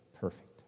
perfect